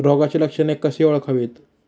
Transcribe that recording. रोगाची लक्षणे कशी ओळखावीत?